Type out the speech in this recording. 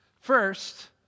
First